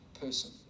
person